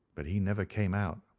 but he never came out.